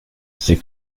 c’est